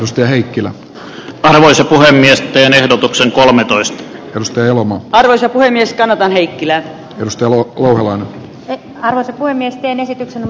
usti heikkilä painoisen puhemiesten ehdotukseen kolmetoista kalusteloma ajoissa puhemies kanadan heikkilän edustalla olevaan alas kuin miesten esityksen